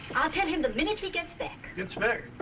i'll tell him the minute he gets back. gets back?